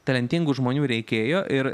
talentingų žmonių reikėjo ir